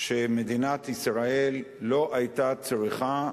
שמדינת ישראל לא היתה צריכה לסייע,